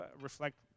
reflect